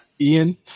Ian